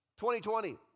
2020